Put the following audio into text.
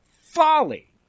folly